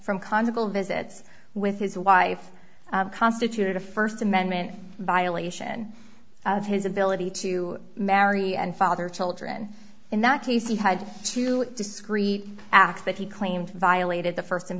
from conjugal visits with his wife constituted a first amendment violation of his ability to marry and father children in that case he had to discrete acts that he claimed violated the first